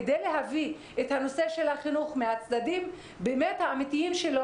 כדי להביא את הנושא של החינוך מהצדדים האמיתיים שלו,